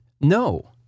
no